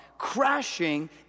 crashing